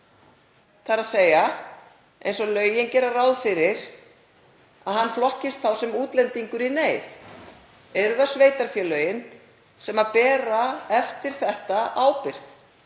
þ.e. eins og lögin gera ráð fyrir, að hann flokkist þá sem útlendingur í neyð? Eru það sveitarfélögin sem bera eftir þetta ábyrgð?